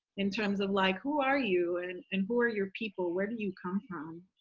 in terms of like who are you and and who are your people? where do you come from?